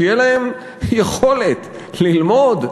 שתהיה להם יכולת ללמוד,